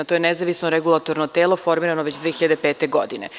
To je nezavisno regulatorno telo formirano već 2005. godine.